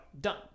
Done